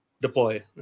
deploy